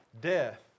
death